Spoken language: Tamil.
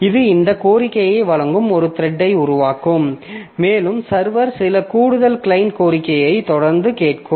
இது இந்த கோரிக்கையை வழங்கும் ஒரு த்ரெட்டை உருவாக்கும் மேலும் சர்வர் சில கூடுதல் கிளையன்ட் கோரிக்கையை தொடர்ந்து கேட்கும்